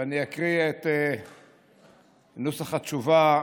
ואני אקריא את נוסח התשובה.